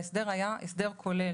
זה היה הסדר כולל,